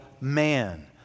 man